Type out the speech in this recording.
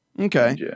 Okay